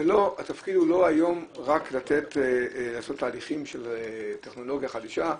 התפקיד היום הוא לא רק לעשות תהליכים של טכנולוגיה חדשה,